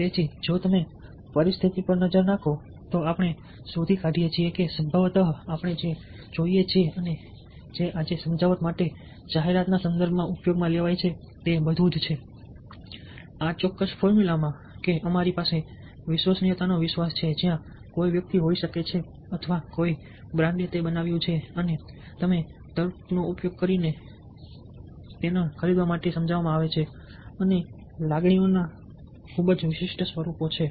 તેથી જો તમે પરિસ્થિતિ પર નજર નાખો તો આપણે શોધી કાઢીએ છીએ કે સંભવતઃ આપણે જે જોઈએ છીએ અને જે આજે સમજાવટ માટે જાહેરાતના સંદર્ભમાં ઉપયોગમાં લેવાય છે તે બધું જ છે આ ચોક્કસ ફોર્મ્યુલામાં કે અમારી પાસે વિશ્વસનીયતાનો વિશ્વાસ છે જ્યાં કોઈ વ્યક્તિ હોઈ શકે છે અથવા કોઈ બ્રાન્ડે તે બનાવ્યું છે અને તમે તે તર્કનો ઉપયોગ કરીને કહી રહ્યા છો તેથી તમને ખરીદવા માટે સમજાવવામાં આવે છે અને લાગણીઓ ના ખૂબ જ વિશિષ્ટ સ્વરૂપો છે